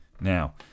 Now